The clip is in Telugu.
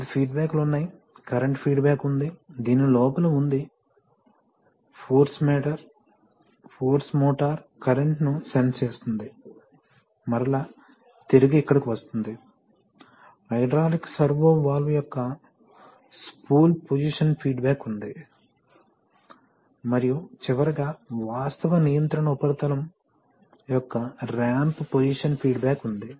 వివిధ ఫీడ్బ్యాక్లు ఉన్నాయి కరెంట్ ఫీడ్బ్యాక్ ఉంది దీని లోపల ఉంది ఫోర్స్ మోటార్ కరెంటును సెన్స్ చేస్తుంది మరల తిరిగి ఇక్కడకి వస్తుంది హైడ్రాలిక్ సర్వో వాల్వ్ యొక్క స్పూల్ పొజిషన్ ఫీడ్బ్యాక్ ఉంది మరియు చివరగా వాస్తవ నియంత్రణ ఉపరితలం యొక్క రాంప్ పొజిషన్ ఫీడ్బ్యాక్ ఉంది